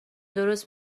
درست